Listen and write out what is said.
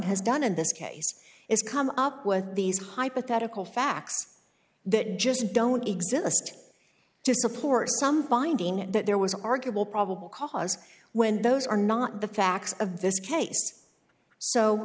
has done in this case is come up with these hypothetical facts that just don't exist to support some finding that there was an arguable probable cause when those are not the facts of this